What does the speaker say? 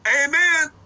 amen